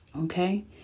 okay